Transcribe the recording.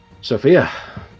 Sophia